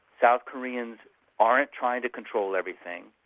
south koreans aren't trying to control everything,